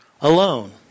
alone